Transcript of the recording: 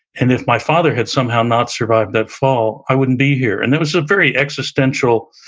and if my father had somehow not survived that fall, i wouldn't be here and it was a very existential